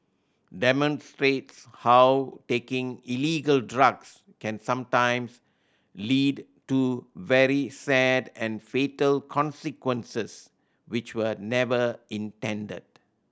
demonstrates how taking illegal drugs can sometimes lead to very sad and fatal consequences which were never intended